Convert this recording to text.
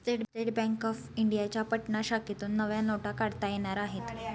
state bank of इंडियाच्या पटना शाखेतून नव्या नोटा काढता येणार आहेत